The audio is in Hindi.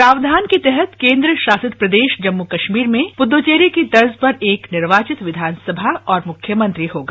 प्रावधान के तहत केंद्रशासित प्रदेश जम्मू कश्मीर में पुद्दुचेरी की तर्ज पर एक निर्वाचित विधानसभा और मुख्यमंत्री होगा